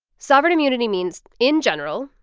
sovereign immunity means, in general,